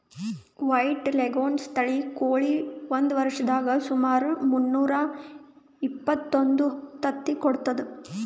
white leghorn ತಳಿದ್ ಕೋಳಿ ಒಂದ್ ವರ್ಷದಾಗ್ ಸುಮಾರ್ ಮುನ್ನೂರಾ ಎಪ್ಪತ್ತೊಂದು ತತ್ತಿ ಇಡ್ತದ್